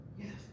Yes